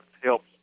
helps